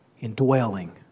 indwelling